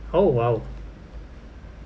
oh !wow!